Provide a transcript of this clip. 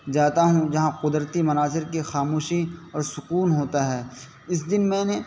جاتا ہوں جہاں قدرتی مناظر کی خاموشی اور سکون ہوتا ہے اس دن میں نے